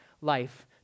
life